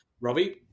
Robbie